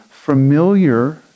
familiar